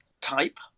type